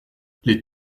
les